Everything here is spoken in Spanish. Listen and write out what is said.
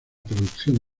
producción